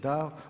Da.